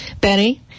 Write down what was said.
Benny